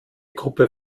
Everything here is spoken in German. gruppe